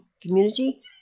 community